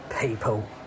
people